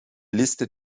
liste